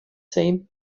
same